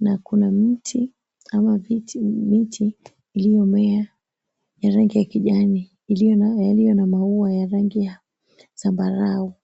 na kuna miti iliyomea ya rangi ya rangi kijani. Iliyomea iliyo na maua ya zambarau.